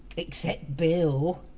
except bill.